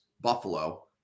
Buffalo